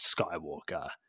Skywalker